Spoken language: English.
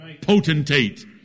Potentate